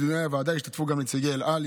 בדיוני הוועדה השתתפו גם נציגי אל על,